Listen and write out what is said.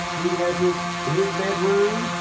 he has his his bedroom.